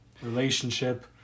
Relationship